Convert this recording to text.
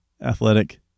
athletic